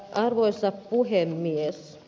arvoisa puhemies